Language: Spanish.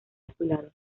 azulado